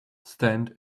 stand